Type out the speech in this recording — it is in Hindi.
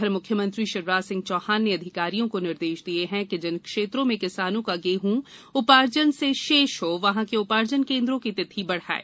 उधर मुख्यमंत्री शिवराज सिंह चौहान ने अधिकारियों को निर्देश दिये हैं कि जिन क्षेत्रों में किसानों का गेहूँ उपार्जन शेष हो वहाँ के उपार्जन केंद्रों की तिथि बढ़ाएँ